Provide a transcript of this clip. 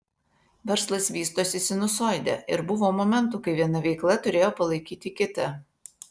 verslas vystosi sinusoide ir buvo momentų kai viena veikla turėjo palaikyti kitą